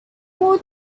more